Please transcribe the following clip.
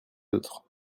d’autres